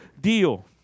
deal